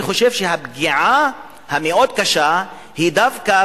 אני חושב שהפגיעה המאוד קשה היא דווקא